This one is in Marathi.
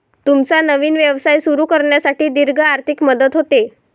तुमचा नवीन व्यवसाय सुरू करण्यासाठी दीर्घ आर्थिक मदत होते